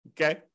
okay